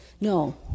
No